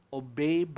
obey